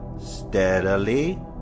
steadily